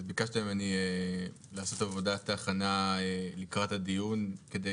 אז ביקשת ממני לעשות עבודת הכנה לקראת הדיון כדי